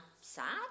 sad